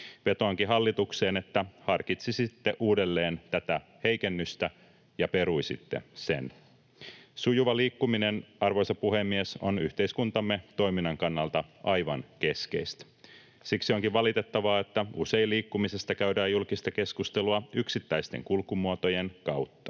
Vetoankin hallitukseen, että harkitsisitte uudelleen tätä heikennystä ja peruisitte sen. Sujuva liikkuminen, arvoisa puhemies, on yhteiskuntamme toiminnan kannalta aivan keskeistä. Siksi onkin valitettavaa, että usein liikkumisesta käydään julkista keskustelua yksittäisten kulkumuotojen kautta.